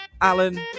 Alan